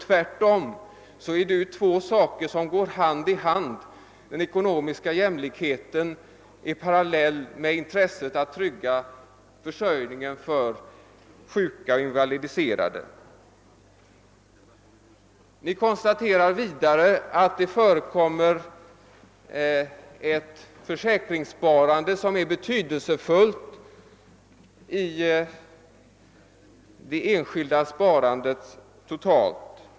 Tvärtom är det två saker som går hand i hand; den ekonomiska jämlikheten innebär bland annat att man måste trygga försörjningen för sjuka och invalidiserade. De moderata konstaterar vidare, att det förekommer ett försäkringssparande, som är betydelsefullt inom det totala enskilda sparandet.